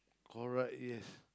correct yes